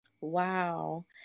Wow